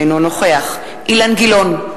אינו נוכח אילן גילאון,